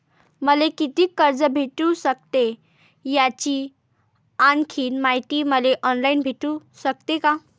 मले कितीक कर्ज भेटू सकते, याची आणखीन मायती मले ऑनलाईन भेटू सकते का?